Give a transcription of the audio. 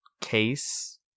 case